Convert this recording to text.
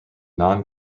non